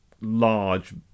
large